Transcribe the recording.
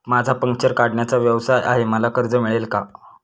माझा पंक्चर काढण्याचा व्यवसाय आहे मला कर्ज मिळेल का?